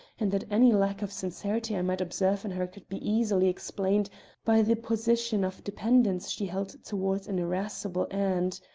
and that any lack of sincerity i might observe in her could be easily explained by the position of dependence she held toward an irascible aunt.